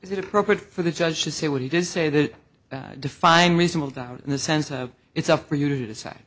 is it appropriate for the judge to say what he did say that define reasonable doubt in the sense of it's up for you to decide